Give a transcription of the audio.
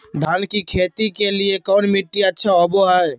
धान की खेती के लिए कौन मिट्टी अच्छा होबो है?